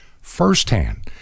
firsthand